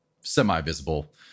semi-visible